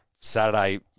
Saturday